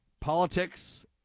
politics